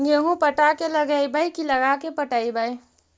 गेहूं पटा के लगइबै की लगा के पटइबै?